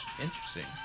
interesting